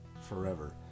forever